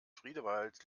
friedewald